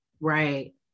Right